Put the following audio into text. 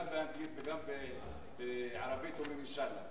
גם באנגלית וגם בערבית אומרים "אינשאללה".